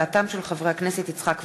בהצעתם של חברי הכנסת יצחק וקנין,